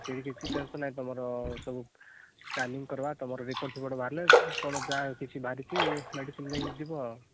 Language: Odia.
ସେହି କିଛି ଟେନସନ୍ ନାହିଁ ତୁମର ସବୁ ସ୍କାନିଙ୍ଗ୍ କରିବା ତୁମର ରିପୋର୍ଟ୍ ଫିପୋର୍ଟ୍ ବାହାରିଲେ କ'ଣ ଯାହା କିଛି ବାହାରିଛି ମେଡ଼ିସିନ୍ ନେଇକି ଯିବ ଆଉ